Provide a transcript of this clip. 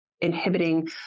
inhibiting